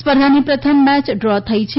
સ્પર્ધાની પ્રથમ મેય ડ્રો થઇ છે